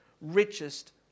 richest